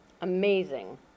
Amazing